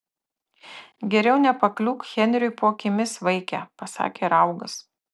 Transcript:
geriau nepakliūk henriui po akimis vaike pasakė raugas